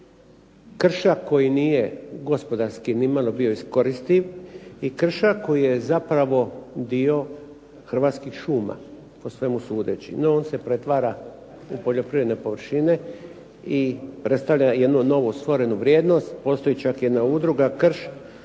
Krša koji nije gospodarski nimalo bio iskoristiv, i krša koji je zapravo dio Hrvatskih šuma, po svemu sudeći. No on se pretvara u poljoprivredne površine i predstavlja jednu novu stvorenu vrijednost. Postoji čak jedna udruga krš